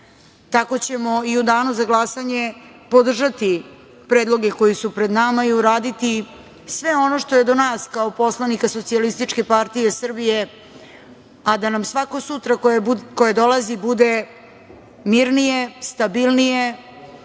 tako ćemo i u danu za glasanje podržati predloge koji su pred nama i uraditi sve ono što je do nas kao poslanika SPS, a da nam svako sutra koje dolazi bude mirnije, stabilnije,